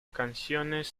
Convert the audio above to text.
canciones